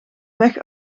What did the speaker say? weg